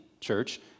church